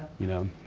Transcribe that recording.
you know.